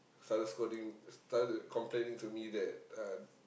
started scolding started to complaining to me that uh